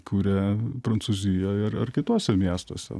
kuria prancūzijoj ir ar kituose miestuose